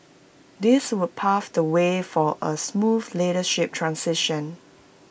this would pave the way for A smooth leadership transition